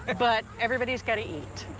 but everybody's gotta eat.